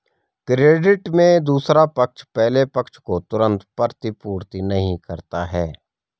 credit में दूसरा पक्ष पहले पक्ष को तुरंत प्रतिपूर्ति नहीं करता है